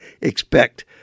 expect